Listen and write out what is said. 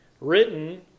written